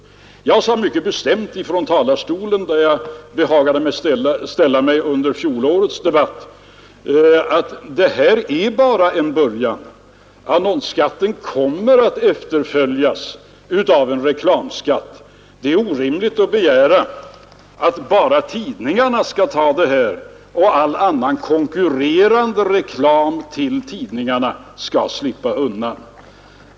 Jag sade mycket bestämt från talarstolen, där jag behagade ställa mig under fjolårets debatt, att detta bara är en början; annonsskatten kommer att efterföljas av en reklamskatt; det är orimligt att begära att bara tidningarna skall ta skattebelastningen, och all annan med tidningarna konkurrerande reklam skall slippa undan.